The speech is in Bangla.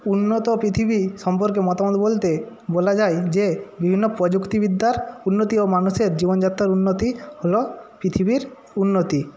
উন্নত পৃথিবী সম্পর্কে মতামত বলতে বলা যায় যে বিভিন্ন প্রযুক্তিবিদ্যার উন্নতি ও মানুষের জীবনযাত্রার উন্নতি হল পৃথিবীর উন্নতি